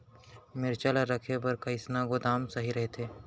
मिरचा ला रखे बर कईसना गोदाम सही रइथे?